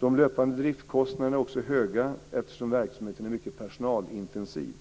De löpande driftskostnaderna är också höga, eftersom verksamheten är mycket personalintensiv.